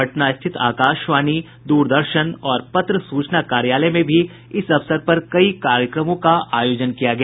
पटना स्थित आकाशवाणी दूरदर्शन और पत्र सूचना कार्यालय में भी इस अवसर पर कई कार्यक्रमों का आयोजन किया गया